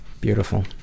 Beautiful